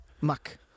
Muck